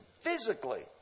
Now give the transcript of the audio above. physically